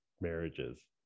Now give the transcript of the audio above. marriages